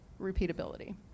repeatability